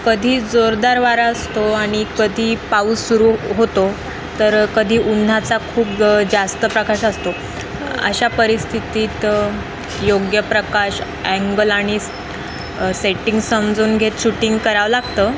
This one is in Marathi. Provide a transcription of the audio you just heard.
कधी जोरदार वारा असतो आणि कधी पाऊस सुरू होतो तर कधी उन्हाचा खूप ग जास्त प्रकाश असतो अशा परिस्थितीत योग्य प्रकाश अँगल आणि सेटिंग समजून घेत शूटिंग करावं लागतं